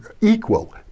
equal